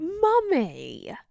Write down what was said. Mummy